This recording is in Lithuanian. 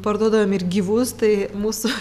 parduodavome ir gyvus tai mūsų